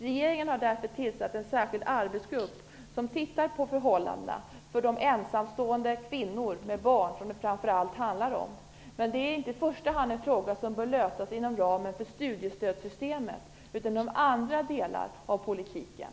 Regeringen har därför tillsatt en särskild arbetsgrupp som tittar på förhållandena för de ensamstående kvinnor med barn som det framför allt handlar om. Men det är inte i första hand en fråga som bör lösas inom ramen för studiestödssystemet, utan genom andra delar av politiken.